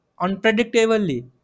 unpredictably